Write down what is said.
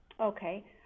Okay